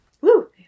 Woo